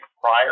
prior